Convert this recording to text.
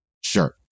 Sure